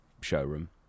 showroom